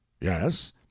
Yes